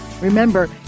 Remember